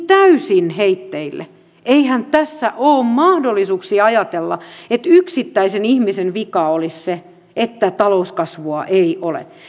täysin heitteille eihän tässä ole mahdollisuuksia ajatella että yksittäisen ihmisen vika olisi se että talouskasvua ei ole